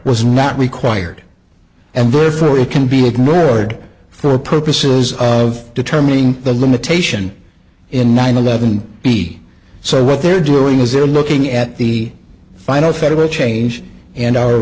was not required and therefore it can be ignored for purposes of determining the limitation in nine eleven b so what they're doing is they're looking at the final federal change and our